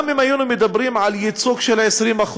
גם אם היינו מדברים על ייצוג של 20%,